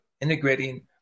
integrating